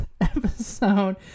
episode